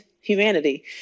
humanity